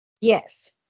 Yes